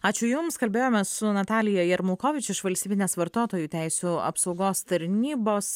ačiū jums kalbėjomės su natalija jarmakovič iš valstybinės vartotojų teisių apsaugos tarnybos